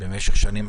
במשך שנים,